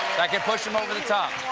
that could push him over the top.